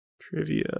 Trivia